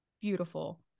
beautiful